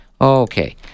Okay